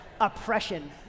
Oppression